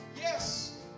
yes